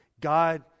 God